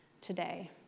today